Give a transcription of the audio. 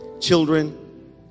children